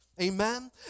amen